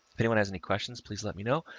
anyone has any questions, please let me know.